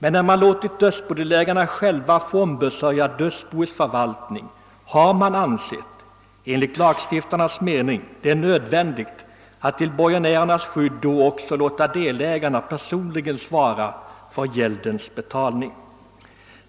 Eftersom man låtit dödsbodelägarna själva få ombesörja dörsboets förvaltning, har lagstiftarna emellertid ansett det nödvändigt att till borgenärernas skydd också låta delägarna personligen svara för gäldens betalning.